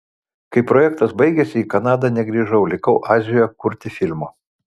kai projektas baigėsi į kanadą negrįžau likau azijoje kurti filmo